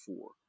four